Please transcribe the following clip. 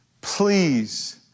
please